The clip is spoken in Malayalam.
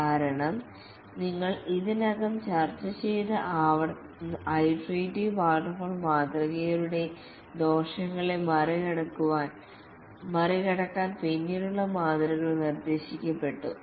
കാരണം നിങ്ങൾ ഇതിനകം ചർച്ച ചെയ്ത ആവർത്തന വാട്ടർഫാൾ മാതൃകയുടെ ദോഷങ്ങളെ മറികടക്കാൻ പിന്നീടുള്ള മാതൃകകൾ നിർദ്ദേശിക്കപ്പെട്ടു